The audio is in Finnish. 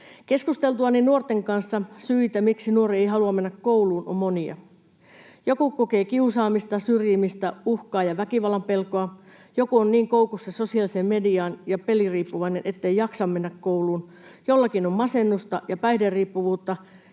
Keskusteltuani nuorten kanssa, syitä, miksi nuori ei halua mennä kouluun, on monia. Joku kokee kiusaamista, syrjimistä, uhkaa ja väkivallan pelkoa. Joku on niin koukussa sosiaaliseen mediaan ja peliriippuvainen, ettei jaksa mennä kouluun. Jollakin on masennusta ja päihderiippuvuutta.